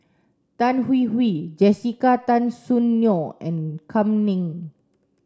Tan Hwee Hwee Jessica Tan Soon Neo and Kam Ning